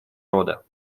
рода